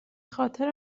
خاطر